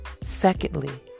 secondly